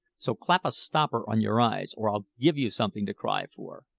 so clap a stopper on your eyes, or i'll give you something to cry for.